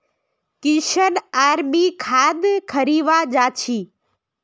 किशन आर मी खाद खरीवा जा छी